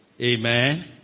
Amen